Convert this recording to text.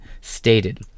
stated